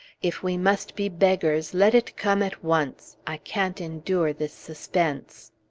if we must be beggars, let it come at once i can't endure this suspense.